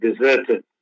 deserted